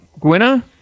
Gwenna